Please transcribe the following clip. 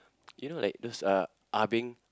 you know like those uh ah-beng